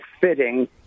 fitting